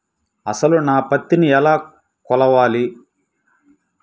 అసలు నా పత్తిని ఎలా కొలవాలి?